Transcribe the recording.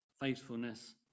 faithfulness